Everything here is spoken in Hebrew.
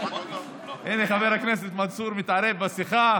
הינה, חבר הכנסת מנסור מתערב בשיחה.